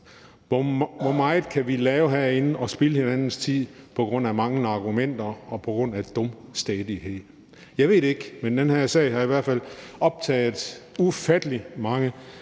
Hvor meget kan vi lave herinde og spilde hinandens tid på grund af manglende argumenter og på grund af dumstædighed? Jeg ved det ikke, men den her sag har i hvert fald optaget ufattelig mange